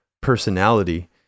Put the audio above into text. personality